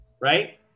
Right